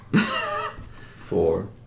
Four